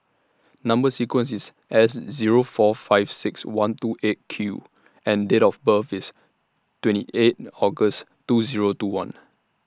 Number sequence IS S Zero four five six one two eight Q and Date of birth IS twenty eight August two Zero two one